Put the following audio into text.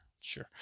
Sure